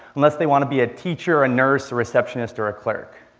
unless they want to be a teacher, a nurse, a receptionist, or a clerk.